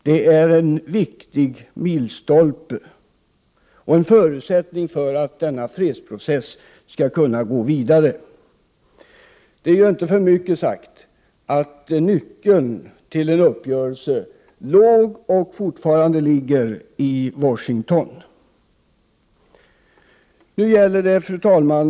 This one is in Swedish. Det är en viktig milstolpe och en förutsättning för att denna fredsprocess skall kunna gå vidare. Det är inte för mycket sagt att nyckeln till en uppgörelse låg och fortfarande ligger i Washington. Fru talman!